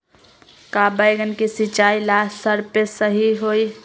का बैगन के सिचाई ला सप्रे सही होई?